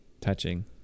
touching